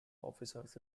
officers